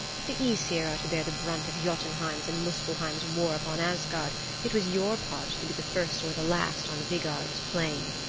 if the aesir are to bear the brunt of jotunheim's and muspelheim's war upon asgard it was your part to be the first or the last on vigard's plain.